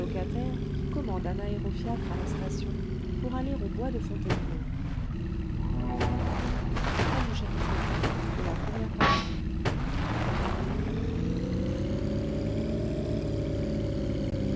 qui commande un aérofiacre à la station pour aller au bois de fontainebleau